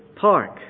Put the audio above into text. park